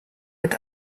mit